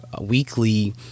weekly